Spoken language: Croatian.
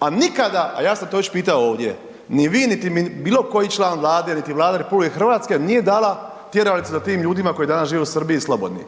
a nikada, a ja sam to već pitao ovdje, ni vi niti bilo koji član Vlade niti Vlada RH nije dala tjeralicu za tim ljudima koji danas žive u Srbiji slobodni.